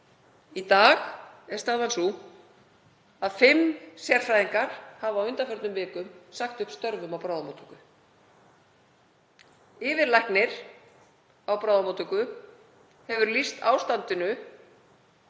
Í dag er staðan sú að fimm sérfræðingar hafa á undanförnum vikum sagt upp störfum á bráðamóttöku. Yfirlæknir þar hefur lýst ástandinu